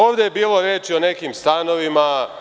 Ovde je bilo reči o nekim stanovima…